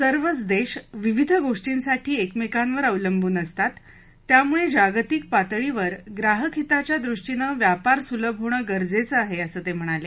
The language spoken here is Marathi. सर्वच देश विविध गोर्टीसाठी एकमेकांवर अवलंबून असतात त्यामुळं जागतिक पातळीवर ग्राहक हिताच्या दृष्टीनं व्यापार सुलभ होणं गरजेचं आहे असं ते म्हणाले